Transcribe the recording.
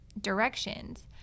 directions